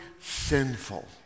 sinful